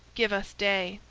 give us day.